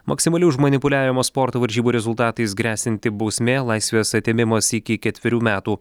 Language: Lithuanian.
maksimali už manipuliavimą sporto varžybų rezultatais gresianti bausmė laisvės atėmimas iki ketverių metų